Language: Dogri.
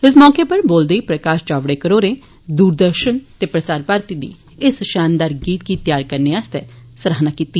इस मौके बोलदे होई प्रकाश जावडेकर होरे दूरदर्शन ते प्रसार भारती दी इस शानदार गीत गी तैयार करने लेई सराहना कीती